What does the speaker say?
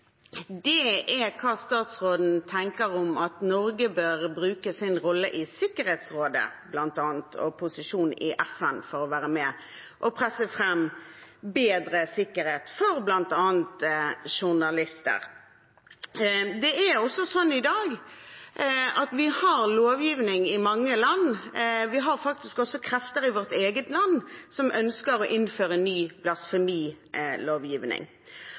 er hva statsråden tenker Norge bør bruke sin rolle i Sikkerhetsrådet til, posisjonen i FN, for å være med og presse fram bedre sikkerhet for bl.a. journalister. Det er også sånn at vi i dag har blasfemilovgivning i mange land – vi har faktisk også krefter i vårt eget land som ønsker å innføre en ny blasfemilovgivning.